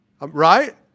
Right